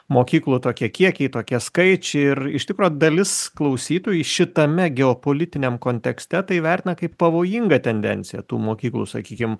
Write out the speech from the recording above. mokyklų tokie kiekiai tokie skaičiai ir iš tikro dalis klausytojų šitame geopolitiniam kontekste tai vertina kaip pavojingą tendenciją tų mokyklų sakykim